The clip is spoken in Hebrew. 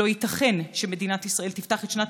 לא ייתכן שמדינת ישראל תפתח את שנת